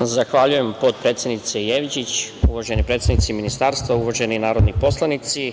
Zahvaljujem potpredsednice Jevđić. Uvaženi predstavnici ministarstva, uvaženi narodni poslanici,